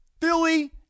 Philly